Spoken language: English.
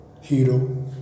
hero